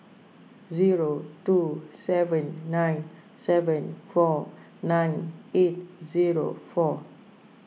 zero two seven nine seven four nine eight zero four